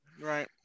Right